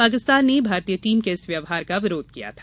पाकिस्तान ने भारतीय टीम के इस व्यवहार का विरोध किया था